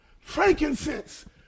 Frankincense